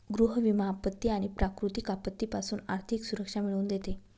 गृह विमा आपत्ती आणि प्राकृतिक आपत्तीपासून आर्थिक सुरक्षा मिळवून देते